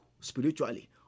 spiritually